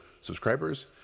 subscribers